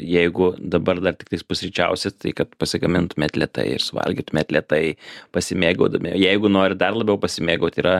jeigu dabar dar tiktais pusryčiausit tai kad pasigamintumėt lėtai ir suvalgytumėt lėtai pasimėgaudami jeigu norit dar labiau pasimėgaut yra